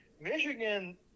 Michigan –